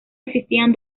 existían